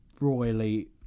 royally